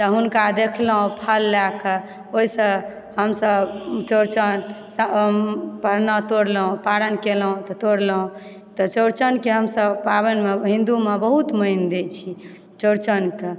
तऽ हुनका देखलहुँ फल लएके ओहिसँ हमसभ चौरचन परना तोड़लहुँ पारण केलहुँ तऽ तोड़लहुँ तऽ चौरचनके हमसभ पाबनिमे हिंदूमे बहुत मानि दय छी चौरचनकऽ